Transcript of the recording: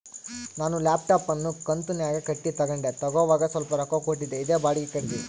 ನಾನು ಲ್ಯಾಪ್ಟಾಪ್ ಅನ್ನು ಕಂತುನ್ಯಾಗ ಕಟ್ಟಿ ತಗಂಡೆ, ತಗೋವಾಗ ಸ್ವಲ್ಪ ರೊಕ್ಕ ಕೊಟ್ಟಿದ್ದೆ, ಇದೇ ಬಾಡಿಗೆ ಖರೀದಿ